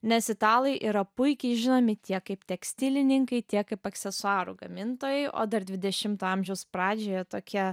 nes italai yra puikiai žinomi tiek kaip tekstilininkai tiek kaip aksesuarų gamintojai o dar dvidešimto amžiaus pradžioje tokie